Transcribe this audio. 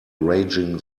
raging